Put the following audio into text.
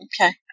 Okay